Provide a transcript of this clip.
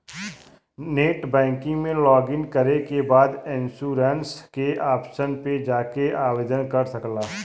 net banking में login करे के बाद इन्शुरन्स के ऑप्शन पे जाके आवेदन कर सकला